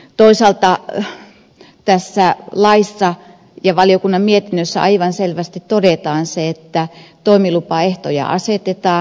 toisaalta tässä laissa ja valiokunnan mietinnössä aivan selvästi todetaan että toimilupaehtoja asetetaan